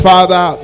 Father